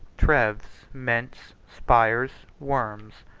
treves, mentz, spires, worms,